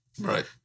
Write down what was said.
Right